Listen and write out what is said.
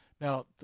Now